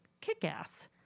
kick-ass